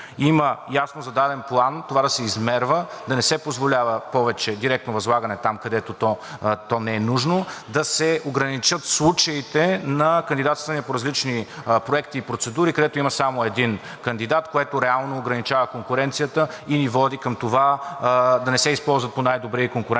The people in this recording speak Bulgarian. Има ясно зададен план това да се измерва, да не се позволява повече директно възлагане там, където то не е нужно, да се ограничат случаите на кандидатстване по различни проекти и процедури, където има само един кандидат, което реално ограничава конкуренцията и ни води към това да не се използват по най-добрия и конкурентен